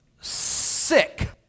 sick